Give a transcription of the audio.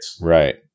Right